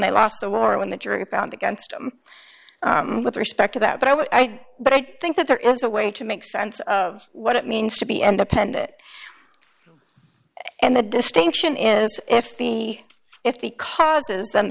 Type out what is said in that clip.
they lost the war when the jury found against him with respect to that but i what i but i think that there is a way to make sense of what it means to be and append it and the distinction is if the if the causes